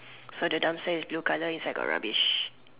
so the dumpster is blue colour inside got rubbish